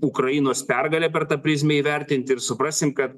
ukrainos pergalė per tą prizmę įvertint ir suprasim kad